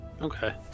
Okay